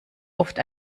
oft